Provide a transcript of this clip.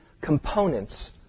components